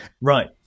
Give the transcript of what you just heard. right